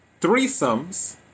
threesomes